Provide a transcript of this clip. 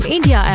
India